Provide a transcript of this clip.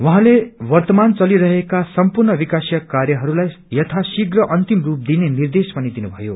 उहाँले वर्त्तमान चलिरहेका सम्पूर्ण विकासिय कार्यहरूलाई यथाशीघ्र अन्तीम रूप दिने निर्देश पनि दिनु भयो